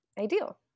ideal